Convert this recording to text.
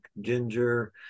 ginger